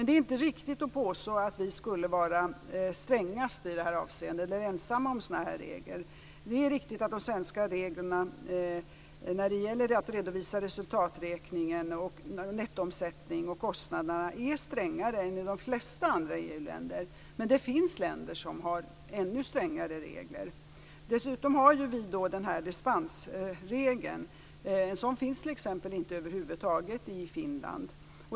Det är inte riktigt att påstå att vi skulle vara strängast i det här avseendet eller ensamma om sådana här regler. Det är riktigt att de svenska reglerna för redovisning av resultaträkning, nettoomsättning och kostnader är strängare än reglerna i de flesta andra EU-länder, men det finns länder som har ännu strängare regler. Dessutom har vi alltså en dispensregel. Någon sådan finns t.ex. över huvud taget inte i Finland.